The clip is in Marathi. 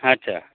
अच्छा